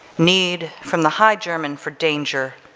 need from the high german for danger,